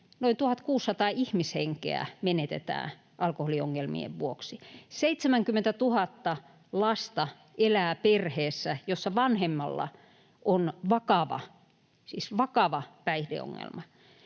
noin 1 600 ihmishenkeä menetetään alkoholiongelmien vuoksi. 70 000 lasta elää perheessä, jossa vanhemmalla on vakava, siis vakava,